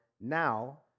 now